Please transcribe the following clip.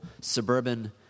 suburban